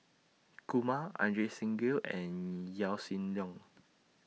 Kumar Ajit Singh Gill and Yaw Shin Leong